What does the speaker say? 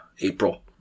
April